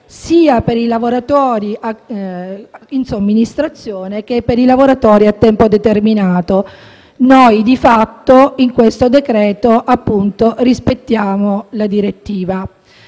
sia per i lavoratori in somministrazione che per i lavoratori a tempo determinato e noi, di fatto, in questo decreto-legge rispettiamo tale direttiva.